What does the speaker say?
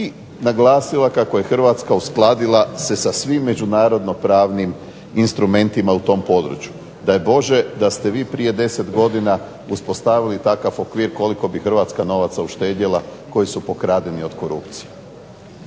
i naglasila kako je Hrvatska uskladila se sa svim međunarodno pravnim instrumentima u tom području. Daj Bože da ste vi prije 10 godina uspostavili takav okvir koliko bi Hrvatska novaca uštedjela koji su pokradeni od korupcije.